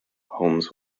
holmes